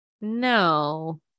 no